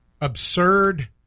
absurd